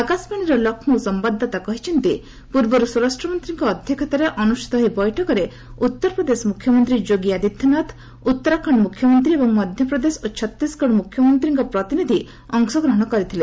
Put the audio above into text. ଆକାଶବାଣୀର ଲକ୍ଷ୍ନୌ ସମ୍ଭାଦଦାତା କହିଛନ୍ତି ପୂର୍ବରୁ ସ୍ୱରାଷ୍ଟ୍ର ମନ୍ତ୍ରୀଙ୍କ ଅଧ୍ୟକ୍ଷତାରେ ଅନୁଷ୍ଠିତ ଏହି ବୈଠକରେ ଉତ୍ତର ପ୍ରଦେଶ ମୁଖ୍ୟମନ୍ତ୍ରୀ ଯୋଗୀ ଆଦିତ୍ୟନାଥ ଉତ୍ତରାଖଣ୍ଡ ମୁଖ୍ୟମନ୍ତ୍ରୀ ଏବଂ ମଧ୍ୟପ୍ରଦେଶ ଓ ଛତିଶଗଡ଼ ମୁଖ୍ୟମନ୍ତ୍ରୀଙ୍କ ପ୍ରତିନିଧି ଅଂଶଗ୍ରହଣ କରିଥିଲେ